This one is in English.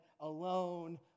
alone